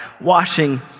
washing